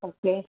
okay